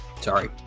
Sorry